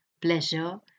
pleasure